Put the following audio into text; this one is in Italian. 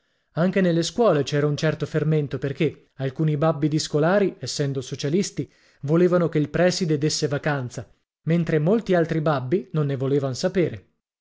anche nelle scuole c'era un certo fermento perché alcuni babbi di scolari essendo socialisti volevano che il preside desse vacanza mentre molti altri babbi non ne volevan sapere